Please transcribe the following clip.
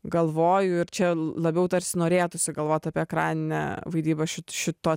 galvoju ir čia labiau tarsi norėtųsi galvot apie ekrane vaidybą šit šito